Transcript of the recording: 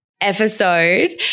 episode